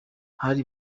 hari